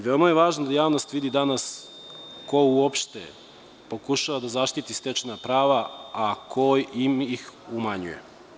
Veoma je važno da javnost vidi danas ko uopšte pokušava da zaštiti stečena prava, a ko im ih umanjuje.